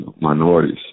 minorities